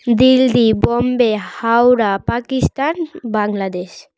Delhi Bombay Howrah Pakistan Bangladesh